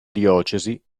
diocesi